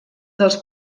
dels